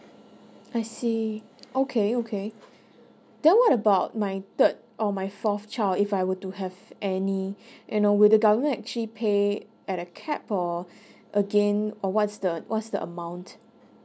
I see okay okay then what about my third or my fourth child if I were to have any you know will the government actually pay at a cap or again or what's the what's the amount